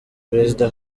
perezida